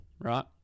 right